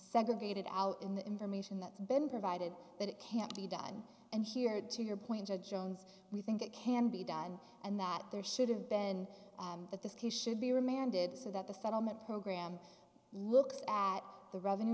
segregated out in the information that's been provided that it can't be done and here to your point judge jones we think it can be done and that there should have been that this case should be remanded so that the settlement program looked at the revenue